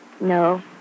No